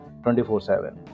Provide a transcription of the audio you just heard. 24-7